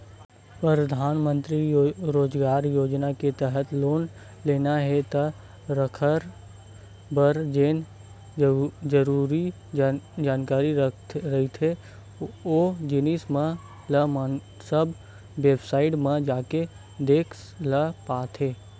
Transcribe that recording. परधानमंतरी रोजगार योजना के तहत लोन लेना हे त एखर बर जेन जरुरी जानकारी रहिथे ओ जिनिस मन ल सब बेबसाईट म जाके देख ल परथे